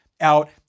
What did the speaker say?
out